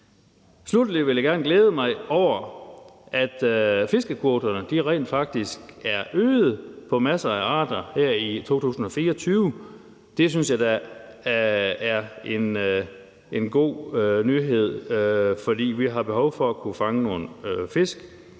Sluttelig vil jeg gerne glæde mig over, at fiskekvoterne rent faktisk er øget på masser af arter her i 2024. Det synes jeg da er en god nyhed, for vi har behov for at kunne fange nogle fisk,